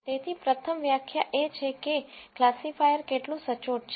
તેથી પ્રથમ વ્યાખ્યા એ છે કે ક્લાસિફાયર કેટલું સચોટ છે